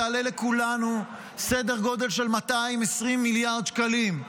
תעלה לכולנו סדר גודל של 220 מיליארד שקלים,